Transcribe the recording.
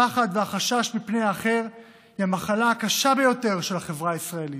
הפחד והחשש מפני האחר הם המחלה הקשה ביותר של החברה הישראלית,